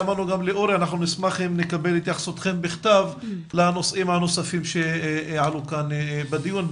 ונשמח גם לקבל את התייחסותכם בכתב לנושאים הנוספים שהועלו כאן בדיון.